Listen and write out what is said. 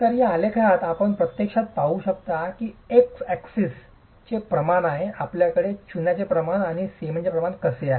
तर या आलेखात आपण प्रत्यक्षात पाहू शकता की एक्स अक्षावर से प्रमाण आहे आपल्याकडे चुनाचे प्रमाण आणि सिमेंटचे प्रमाण कसे आहे